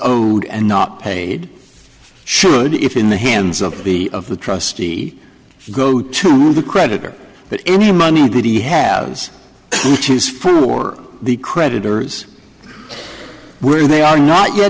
owed and not paid should it in the hands of the of the trustee go to the creditor but any money that he has to choose from or the creditors when they are not yet